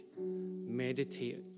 meditate